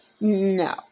no